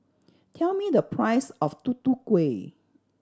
tell me the price of Tutu Kueh